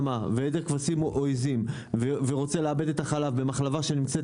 או עיזים ורוצה לעבד את החלב במחלבה שנמצאת